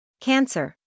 Cancer